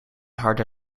harde